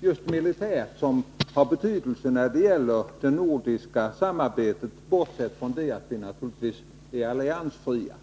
vilket har betydelse när det gäller det nordiska samarbetet, bortsett från att vi är alliansfria.